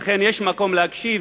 לכן, יש מקום להקשיב